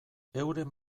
euren